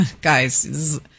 guys